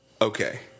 Okay